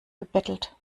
gebettelt